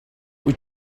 wyt